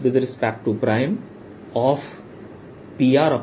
r r